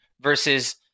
versus